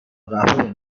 قهوه